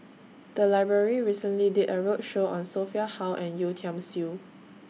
The Library recently did A roadshow on Sophia Hull and Yeo Tiam Siew